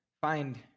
find